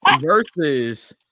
versus